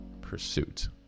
pursuit